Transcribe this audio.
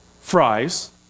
Fries